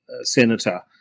senator